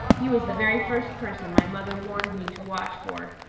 he was the very first person my mother warned me to watch for,